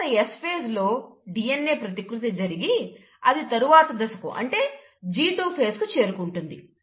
తరువాత S phase లో DNA ప్రతికృతి జరిగి అది తరువాత దశకు అంటే G2 phaseకు చేరుకుంటుంది